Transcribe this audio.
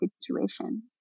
situation